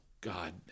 God